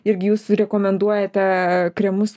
irgi jūs rekomenduojate kremus